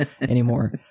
anymore